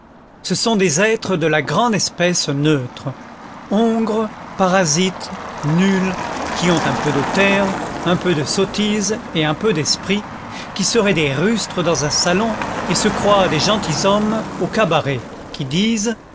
ce sont des êtres de la grande espèce neutre hongres parasites nuls qui ont un peu de terre un peu de sottise et un peu d'esprit qui seraient des rustres dans un salon et se croient des gentilshommes au cabaret qui disent